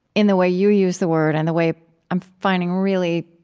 in the way you use the word and the way i'm finding really,